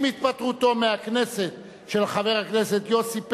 עם התפטרותו מהכנסת של חבר הכנסת יוסי פלד,